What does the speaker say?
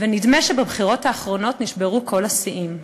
נדמה שבבחירות האחרונות נשברו כל השיאים.